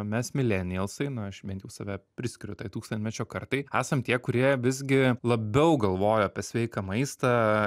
mes milenialsai na aš bent jau save priskiriu tai tūkstantmečio kartai esam tie kurie visgi labiau galvoja apie sveiką maistą